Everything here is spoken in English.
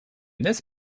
this